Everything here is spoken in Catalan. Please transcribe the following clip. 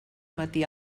matí